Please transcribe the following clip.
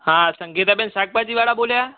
હા સંગીતાબેન શાકભાજીવાળા બોલે આ